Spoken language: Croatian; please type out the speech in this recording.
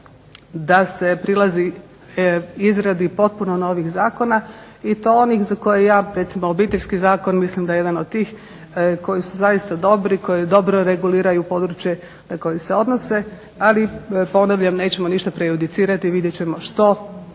da se prilazi izradi potpuno novih zakona i to onih za koje ja recimo Obiteljski zakon mislim da je jedan od tih koji su zaista dobri, koji dobro reguliraju područje na koje se odnose. Ali ponavljam, nećemo ništa prejudicirati, vidjet ćemo što